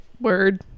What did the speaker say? Word